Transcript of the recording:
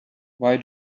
why